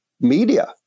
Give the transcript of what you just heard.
media